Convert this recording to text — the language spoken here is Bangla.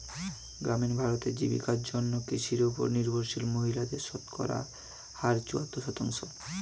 গ্রামীণ ভারতে, জীবিকার জন্য কৃষির উপর নির্ভরশীল মহিলাদের শতকরা হার চুয়াত্তর শতাংশ